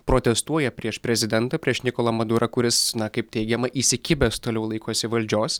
protestuoja prieš prezidentą prieš nikolą madurą kuris na kaip teigiama įsikibęs toliau laikosi valdžios